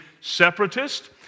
separatist